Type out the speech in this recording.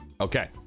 Okay